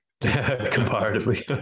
Comparatively